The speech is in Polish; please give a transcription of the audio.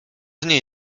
niej